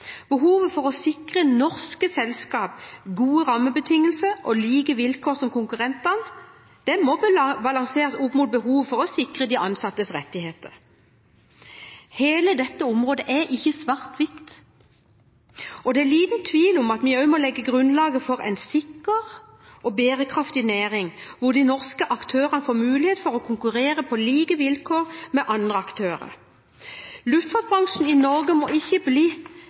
Behovet for å sikre norske selskap gode rammebetingelser og like vilkår som konkurrentene må balanseres mot behovet for å sikre de ansattes rettigheter. Hele dette området er ikke svart-hvitt. Det er liten tvil om at vi også må legge grunnlaget for en sikker og bærekraftig næring hvor de norske aktørene får mulighet til å konkurrere på like vilkår som andre aktører. Luftfartsbransjen i Norge må ikke bli